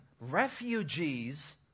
refugees